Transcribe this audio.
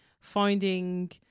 finding